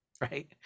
right